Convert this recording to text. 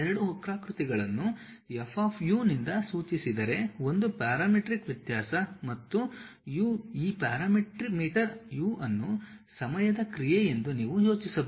ಎರಡು ವಕ್ರಾಕೃತಿಗಳನ್ನು F of u ನಿಂದ ಸೂಚಿಸಿದರೆ ಒಂದು ಪ್ಯಾರಾಮೀಟ್ರಿಕ್ ವ್ಯತ್ಯಾಸ ಮತ್ತು u G ಈ ಪ್ಯಾರಾಮೀಟರ್ u ಅನ್ನು ಸಮಯದ ಕ್ರಿಯೆಯೆಂದು ನೀವು ಯೋಚಿಸಬಹುದು